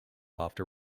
after